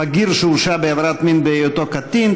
בגיר שהורשע בעבירת מין בהיותו קטין),